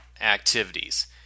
activities